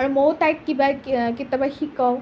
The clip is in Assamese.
আৰু মইও তাইক কিবা কেতিয়াবা শিকাওঁ